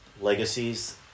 legacies